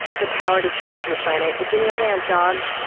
the power to change the planet it's in your hands, dawg.